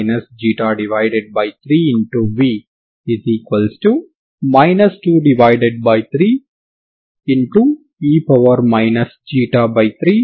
మీరు స్ట్రింగ్ యొక్క కంపనాన్ని చూడాలనుకుంటే అది ఈ సమీకరణం ద్వారా నిర్వచించబడుతుంది కాబట్టి uxt స్దానభ్రంశానికి చెందిన గతి శక్తి అవుతుంది మరియు గతి శక్తి K